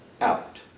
out